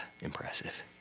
impressive